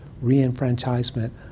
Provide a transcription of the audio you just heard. re-enfranchisement